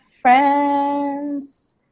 friends